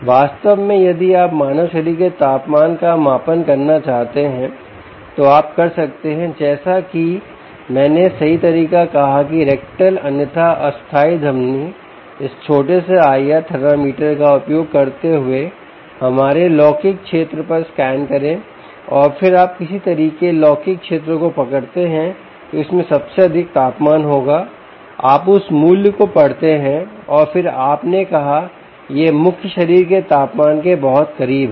वास्तव में यदि आप मानव शरीर के तापमान का मापन करना चाहते हैं तो आप कर सकते हैं जैसा कि मैंने सही तरीका कहा कि रेक्टल अन्यथा अस्थायी धमनी इस छोटे से IR थर्मामीटर का उपयोग करते हुए हमारे लौकिक क्षेत्र पर स्कैन करें और फिर आप किसी तरह लौकिक क्षेत्रों को पकड़ते हैं क्योंकि इसमें सबसे अधिक तापमान होगा आप उस मूल्य को पढ़ते हैं और फिर आपने कहा यह मुख्य शरीर के तापमान के बहुत करीब है